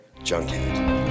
Junkhead